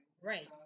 Right